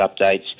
updates